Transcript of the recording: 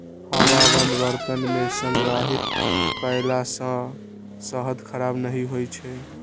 हवाबंद बर्तन मे संग्रहित कयला सं शहद खराब नहि होइ छै